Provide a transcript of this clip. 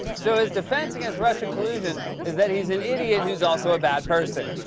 so his defense against russian collusion is that he's an idiot who's also a bad person.